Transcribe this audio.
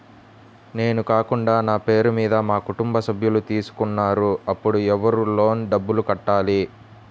నేను కాకుండా నా పేరు మీద మా కుటుంబ సభ్యులు తీసుకున్నారు అప్పుడు ఎవరు లోన్ డబ్బులు కట్టాలి?